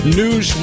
news